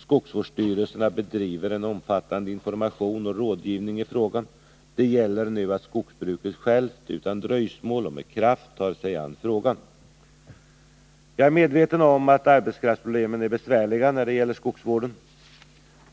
Skogsvårdsstyrelserna bedriver en omfattande information och rådgivning i frågan. Det gäller nu att skogsbruket självt utan dröjsmål och med kraft tar sig an frågan. Jag är medveten om att arbetskraftsproblemen är besvärliga när det gäller skogsvården.